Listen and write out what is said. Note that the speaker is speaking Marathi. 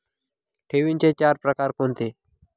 ठेवींचे चार प्रकार कोणते?